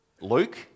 Luke